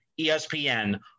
ESPN –